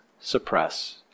suppress